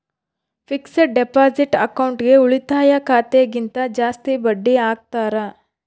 fixed deposit ಅಕೌಂಟ್ಗೆ ಉಳಿತಾಯ ಖಾತೆ ಗಿಂತ ಜಾಸ್ತಿ ಬಡ್ಡಿ ಹಾಕ್ತಾರ